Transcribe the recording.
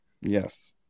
Yes